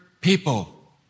people